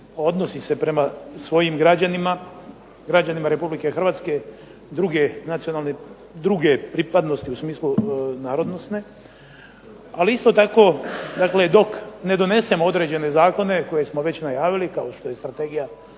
odnosi se prema svojim građanima, građanima Republike Hrvatske, druge pripadnosti u smislu narodnosne. Ali isto tako, dakle dok ne donesemo određene zakone koje smo već najavili kao što je strategija